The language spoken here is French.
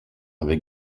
avec